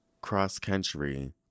cross-country